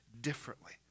differently